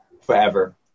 Forever